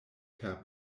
per